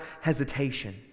hesitation